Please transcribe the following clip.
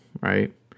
right